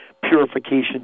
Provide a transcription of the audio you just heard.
purification